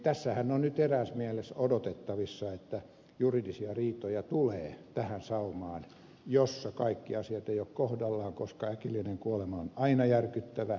tässähän on nyt eräässä mielessä odotettavissa että juridisia riitoja tulee tähän saumaan jossa kaikki asiat eivät ole kohdallaan koska äkillinen kuolema on aina järkyttävä